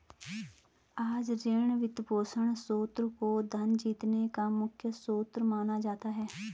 आज ऋण, वित्तपोषण स्रोत को धन जीतने का मुख्य स्रोत माना जाता है